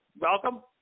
Welcome